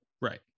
right